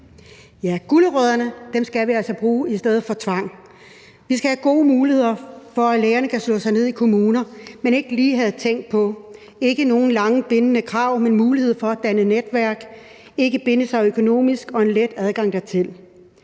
Jo, gulerødderne skal vi altså bruge i stedet for tvang. Vi skal have gode muligheder for, at lægerne kan slå sig ned i kommuner, de ikke lige havde tænkt på – ikke nogen lange, bindende krav, men en mulighed for at danne netværk, ikke at binde sig økonomisk og en let adgang dertil.